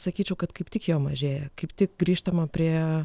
sakyčiau kad kaip tik jo mažėja kaip tik grįžtama prie